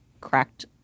cracked